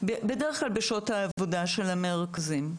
בדרך כלל בשעות העבודה של המרכזים.